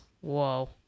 Whoa